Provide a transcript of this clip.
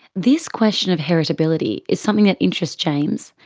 this question of heritability is something that interests james,